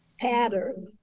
pattern